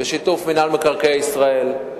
בשיתוף מינהל מקרקעי ישראל,